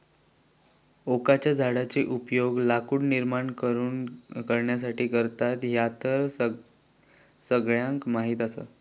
ओकाच्या झाडाचो उपयोग लाकूड निर्माण करुसाठी करतत, ह्या तर सगळ्यांका माहीत आसा